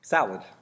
Salad